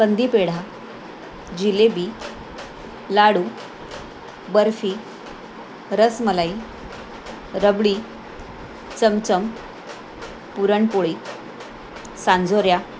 कंदी पेढा जिलेबी लाडू बर्फी रसमलाई रबडी चमचम पुरणपोळी सांजोऱ्या